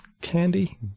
Candy